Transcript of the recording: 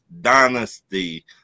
dynasty